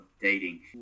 dating